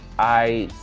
i.